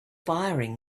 firing